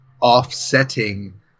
offsetting